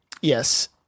Yes